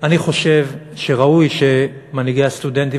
אני חושב שראוי שמנהיגי הסטודנטים,